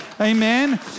amen